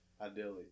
ideally